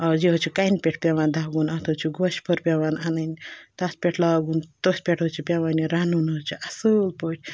آ یہِ حظ چھِ کَنہِ پٮ۪ٹھ پٮ۪وان دَگُن اَتھ حظ چھِ گوشہِ بوٚر پٮ۪وان اَنٕنۍ تَتھ پٮ۪ٹھ لاگُن تٔتھۍ پٮ۪ٹھ حظ چھِ پٮ۪وان یہِ رُنُن حظ چھِ اَصٕل پٲٹھۍ